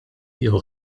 jieħu